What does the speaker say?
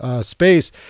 space